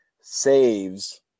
saves